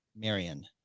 Marion